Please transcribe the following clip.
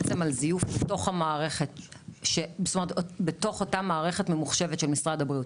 זיוף בתוך אותה מערכת ממוחשבת של משרד הבריאות.